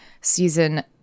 season